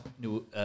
New